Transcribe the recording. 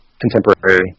contemporary